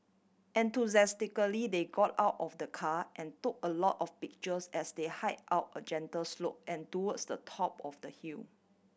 enthusiastically they got out of the car and took a lot of pictures as they hike out a gentle slope and towards the top of the hill